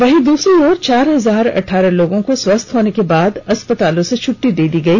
वहीं दूसरी ओर चार हजार अठारह लोगों को स्वस्थ होने के बाद अस्पतालों से छटटी दे दी गई